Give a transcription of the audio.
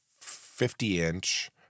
50-inch